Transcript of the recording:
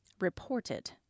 reported